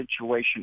situation